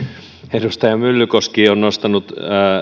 edustaja myllykoski on nostanut